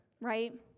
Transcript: right